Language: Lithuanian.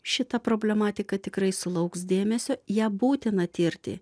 šita problematika tikrai sulauks dėmesio ją būtina tirti